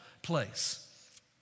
place